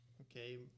okay